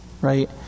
right